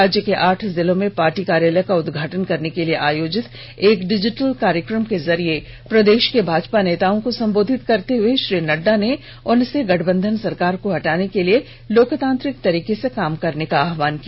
राज्य के आठ जिलों में पार्टी कार्यालय का उद्घाटन करने के लिए आयोजित एक डिजिटल कार्यक्रम के जरिये प्रदेश के भाजपा नेताओं को संबोधित करते हुए श्री नड्डा ने उनसे गठबंधन सरकार को हटाने के लिए लोकतांत्रिक तरीके से काम करने का आह्वान किया